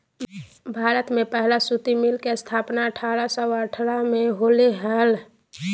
भारत में पहला सूती मिल के स्थापना अठारह सौ अठारह में होले हल